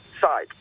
side